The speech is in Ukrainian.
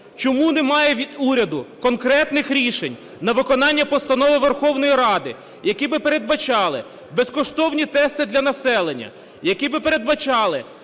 Чому немає від уряду конкретних рішень на виконання постанови Верховної Ради, які би передбачали безкоштовні тести для населення, які би передбачали